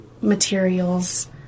materials